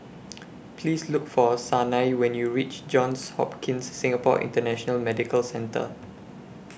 Please Look For Sanai YOU when YOU REACH Johns Hopkins Singapore International Medical Centre